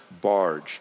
barge